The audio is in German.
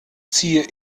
ziehe